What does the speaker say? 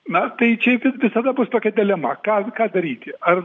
na tai čiai visada bus tokia dilema ką ką daryti ar